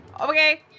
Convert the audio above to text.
okay